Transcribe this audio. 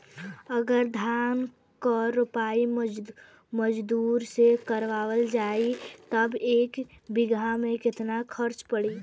अगर धान क रोपाई मजदूर से करावल जाई त एक बिघा में कितना खर्च पड़ी?